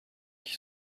qui